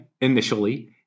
initially